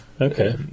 okay